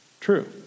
True